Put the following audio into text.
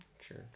Sure